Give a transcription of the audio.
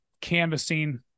canvassing